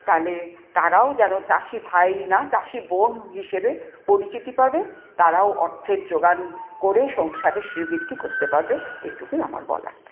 তাহলে তারাও যেন চাষিভাই না চাষিবোন হিসেবে পরিচিতি পাবে তারাও অর্থের যোগান করে সংসারে শ্রীবৃদ্ধি করতে পারবে এইটুকুই আমার বলা